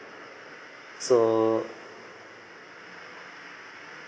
so